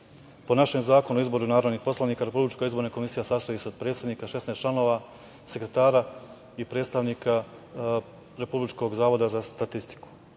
našem Zakonu o izboru narodnih poslanika, RIK sastoji se od predsednika, 16 članova, sekretara i predstavnika Republičkog zavoda za statistiku.